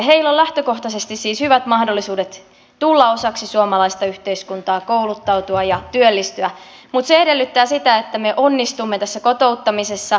heillä on lähtökohtaisesti siis hyvät mahdollisuudet tulla osaksi suomalaista yhteiskuntaa kouluttautua ja työllistyä mutta se edellyttää sitä että me onnistumme kotouttamisessa